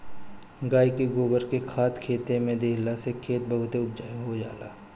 गाई के गोबर के खाद खेते में देहला से खेत बहुते उपजाऊ हो जाला